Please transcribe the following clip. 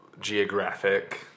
geographic